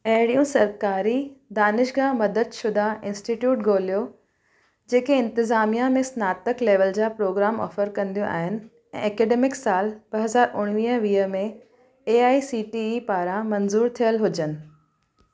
अहिड़ियूं सरकारी दानिशगाह मददशुदा इन्स्टिट्यूट ॻोल्हियो जेके इंतिज़ामिया में स्नातक लेवल जा प्रोग्राम ऑफ़र कंदियूं आहिनि ऐं ऐकडेमिक साल ॿ हज़ार उणिवीह वीह में A I C T E पारां मंज़ूरु थियल हुजनि